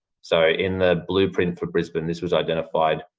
so, in the blueprint for brisbane, this was identified